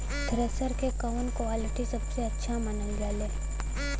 Thresher के कवन quality सबसे अच्छा मानल जाले?